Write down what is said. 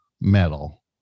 metal